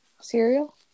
Cereal